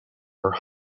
were